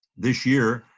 this year,